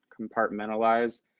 compartmentalize